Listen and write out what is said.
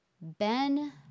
Ben